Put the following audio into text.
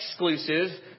exclusive